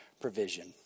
provision